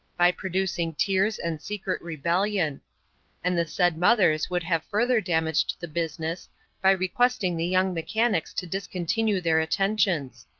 by producing tears and secret rebellion and the said mothers would have further damaged the business by requesting the young mechanics to discontinue their attentions.